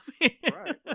Right